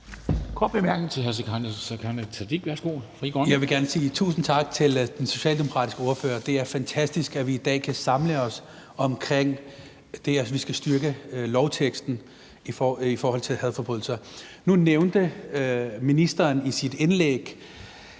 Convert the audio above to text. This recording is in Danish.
Jeg vil gerne sige tusind tak til den socialdemokratiske ordfører. Det er fantastisk, at vi i dag kan samle os om det, at vi skal styrke lovteksten i forhold til hadforbrydelser. Nu nævnte ministeren i sit indlæg,